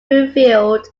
bloomfield